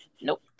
Nope